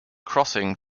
crossing